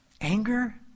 anger